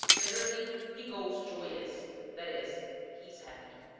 literally, he goes joyous, that is, he is happy.